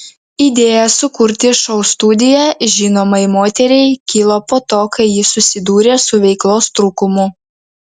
idėja sukurti šou studiją žinomai moteriai kilo po to kai ji susidūrė su veiklos trūkumu